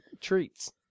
treats